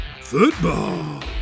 Football